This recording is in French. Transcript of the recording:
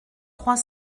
trois